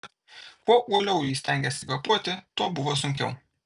kuo uoliau ji stengėsi kvėpuoti tuo buvo sunkiau